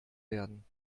werden